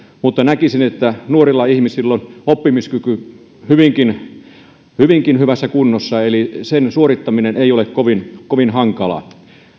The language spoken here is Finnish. mutta näkisin että nuorilla ihmisillä on oppimiskyky hyvinkin hyvinkin hyvässä kunnossa eli sen suorittaminen ei ole kovin kovin hankalaa